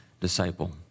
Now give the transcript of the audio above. disciple